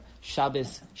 Shabbos